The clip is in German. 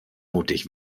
mutig